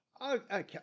okay